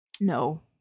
No